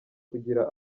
kugira